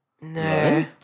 No